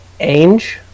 Ainge